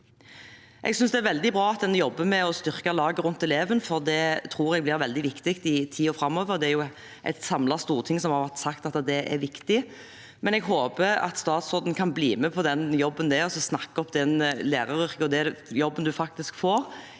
Jeg synes det er veldig bra at en jobber med å styrke laget rundt eleven, for det tror jeg blir veldig viktig i tiden framover, og et samlet storting har sagt at det er viktig. Jeg håper at statsråden kan bli med på den jobben det er å snakke opp læreryrket og den jobben en faktisk får